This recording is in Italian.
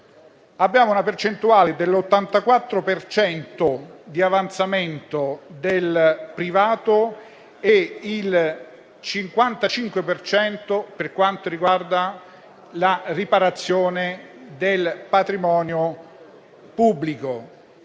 abbiamo una percentuale dell'84 per cento di avanzamento del privato e del 55 per cento per quanto riguarda la riparazione del patrimonio pubblico.